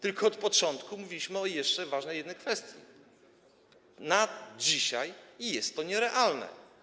Tylko od początku mówiliśmy o jeszcze jednej ważnej kwestii: na dzisiaj jest to nierealne.